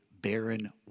barren